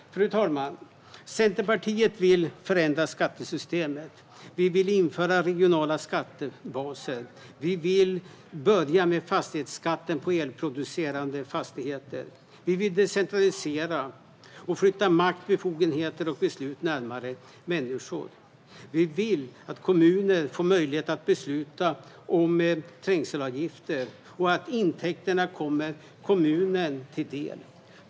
Fru talman! Centerpartiet vill förändra skattesystemet. Vi vill införa regionala skattebaser och vill börja med fastighetsskatten på elproducerande fastigheter. Vi vill decentralisera och flytta makt, befogenheter och beslut närmare människor. Vi vill att kommuner får möjlighet att besluta om trängselavgifter och att intäkterna kommer kommunen till del.